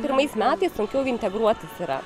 pirmais metais sunkiau integruotis yra